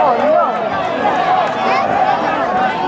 oh my